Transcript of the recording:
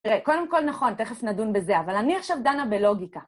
תראה, קודם כל נכון, תכף נדון בזה, אבל אני עכשיו דנה בלוגיקה.